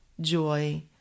joy